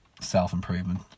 self-improvement